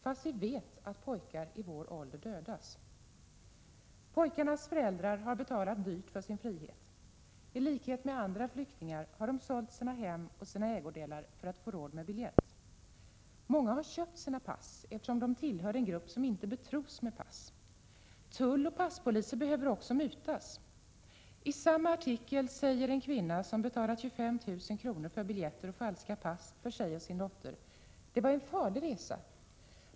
Fast vi vet att pojkar i vår ålder dödas.” Pojkarnas föräldrar har betalat dyrt för sin frihet. I likhet med andra flyktingar har de sålt sitt hem och sina ägodelar för att få råd med biljett. Många har köpt sina pass, eftersom de tillhör den grupp som inte betros med pass. Tulloch passpoliser behöver också mutas. I samma artikel säger en kvinna som betalat 25 000 kr. för biljetter och falska pass för sig och sin dotter: ”Det var en farlig resa.